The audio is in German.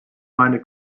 meine